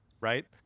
right